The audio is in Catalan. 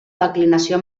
declinació